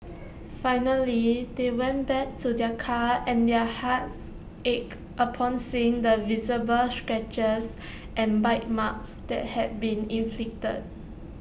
finally they went back to their car and their hearts ached upon seeing the visible scratches and bite marks that had been inflicted